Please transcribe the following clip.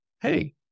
Hey